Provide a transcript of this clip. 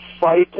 fight